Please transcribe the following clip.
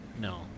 No